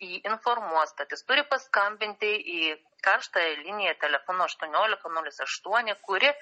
jį informuos tad jis turi paskambinti į karštąją liniją telefonu aštuoniolika nulis aštuoni kuri